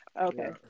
Okay